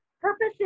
Purpose